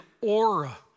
aura